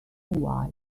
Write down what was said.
why